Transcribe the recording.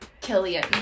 Killian